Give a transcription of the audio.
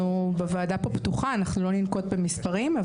אז סך הכל אנחנו מדברים על עלייה משמעותית בין שנת 2010 ל-2022.